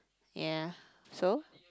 ya so